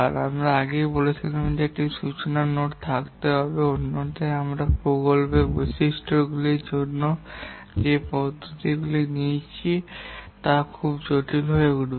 এবং আমরা বলেছিলাম যে একটি একক সূচনা নোড থাকতে হবে অন্যথায় আমরা প্রকল্পের বৈশিষ্ট্যগুলির গণনার জন্য যে পদ্ধতিগুলি দিচ্ছি তা খুব জটিল হয়ে উঠবে